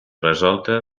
resolta